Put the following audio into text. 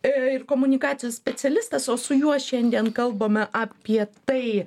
ir komunikacijos specialistas o su juo šiandien kalbame apie tai